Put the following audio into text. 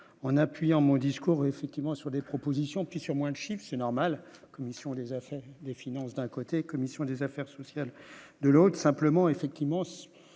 en appuyant mot discours effectivement sur des propositions qui, sur moins de chiffre, c'est normal, commission des affaires, les finances d'un côté, commission des affaires sociales de l'autre, simplement effectivement